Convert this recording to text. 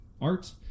art